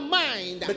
mind